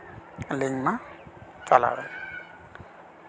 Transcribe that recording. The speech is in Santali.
ᱞᱤᱝᱠ ᱢᱟ ᱪᱟᱞᱟᱣᱮᱱ